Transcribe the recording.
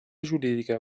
jurídica